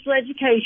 education